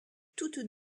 toutes